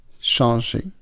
changer